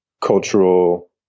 cultural